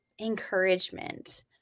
encouragement